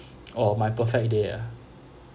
oh my perfect day ah